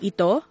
Ito